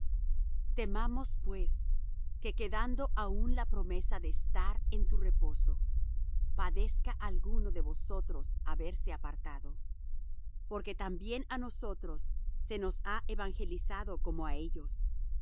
temamos pues que quedando aún la promesa de entrar en su reposo parezca alguno de vosotros haberse apartado porque también á nosotros se nos ha evangelizado como á ellos